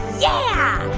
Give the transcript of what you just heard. yeah.